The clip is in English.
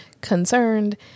concerned